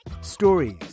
stories